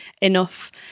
enough